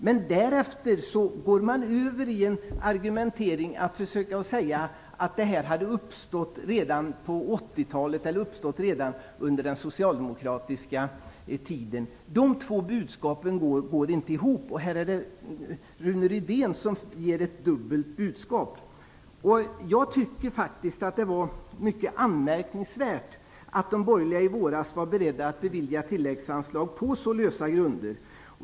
Men därefter går Rune Rydén över i en argumentering där han försöker säga att underskottet hade uppstått redan på 80-talet under den socialdemokratiska tiden. De två budskapen går inte ihop. Här är det Rune Rydén som ger ett dubbelt budskap. Jag tycker faktiskt att det var mycket anmärkningsvärt att de borgerliga i våras var beredda att bevilja tilläggsanslag på så lösa grunder.